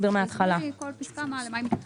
תסבירי כל פיסקה למה מתכוונים.